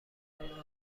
چون